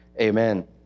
Amen